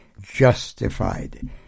justified